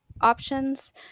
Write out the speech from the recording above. options